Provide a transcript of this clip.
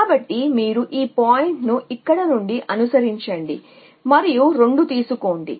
కాబట్టి మీరు ఈ పాయింట్ను ఇక్కడ నుండి అనుసరించండి మరియు 2 తీసుకోండి